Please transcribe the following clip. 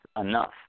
enough